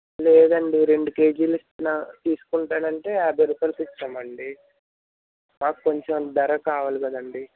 లేదండీ రెండు కేజీలు ఇస్తున్నాను తీసుకుంటానంటే యాభై రూపాయిలకి ఇస్తామండి మాకు కొంచెం ధర కావాలి కదండి